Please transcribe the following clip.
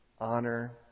honor